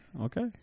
Okay